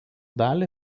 dalį